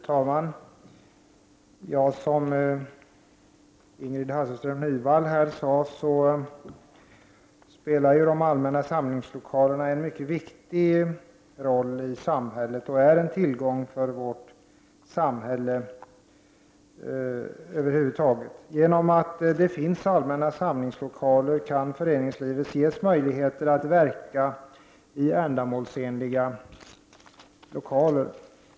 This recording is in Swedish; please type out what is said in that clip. Fru talman! Som Ingrid Hasselström Nyvall sade spelar de allmänna samlingslokalerna en mycket viktig roll i samhället och är en tillgång för vårt samhälle. Genom att det finns allmänna samlingslokaler kan föreningslivet ges möjligheter att verka i ändamålsenliga lokaler.